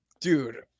Dude